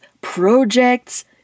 projects